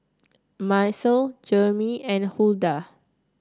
Macel Jermey and Huldah